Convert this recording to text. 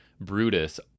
brutus